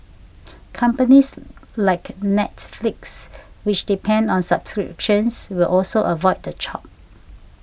companies like Netflix which depend on subscriptions will also avoid the chop